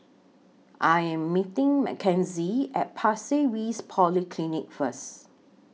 I Am meeting Mckenzie At Pasir Ris Polyclinic First